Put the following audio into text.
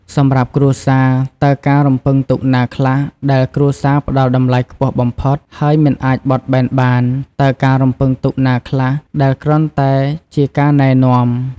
សម្រាប់គ្រួសារ តើការរំពឹងទុកណាខ្លះដែលគ្រួសារផ្ដល់តម្លៃខ្ពស់បំផុត ហើយមិនអាចបត់បែនបាន? តើការរំពឹងទុកណាខ្លះដែលគ្រាន់តែជាការណែនាំ?